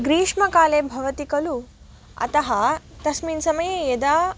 ग्रीष्मकाले भवति खलु अतः तस्मिन् समये यदा